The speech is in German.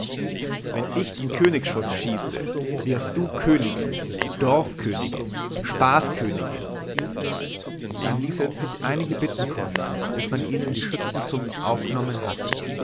wenn ich den königsschuß schieße wirst du königin dorfkönigin spaßkönigin dann ließ er es sich einige bitten kosten bis man ihn in die schützenzunft aufgenommen hatte